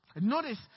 Notice